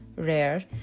rare